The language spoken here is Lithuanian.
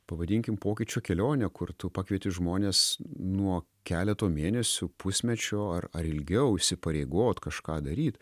pavadinkim pokyčių kelionę kur tu pakvieti žmones nuo keleto mėnesių pusmečio ar ar ilgiau įsipareigot kažką daryt